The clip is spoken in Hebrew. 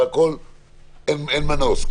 אין מנוס,